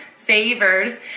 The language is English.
favored